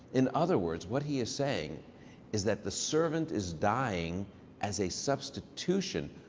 in other words, what he is saying is that the servant is dying as a substitution.